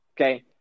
Okay